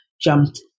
jumped